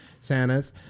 santa's